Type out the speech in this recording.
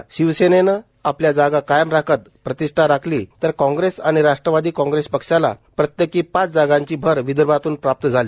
षिवसेनेनं कायम राखत प्रतिष्ठा राखली आहेएतर काँग्रेस आणि राश्ट्रवादी काँग्रेस पक्षाला प्रत्येकी पाच जागांची भर विदर्भातून प्राप्त झाली